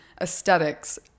aesthetics